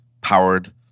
powered